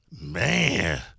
Man